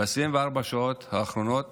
ב-24 השעות האחרונות